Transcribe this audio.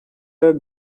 are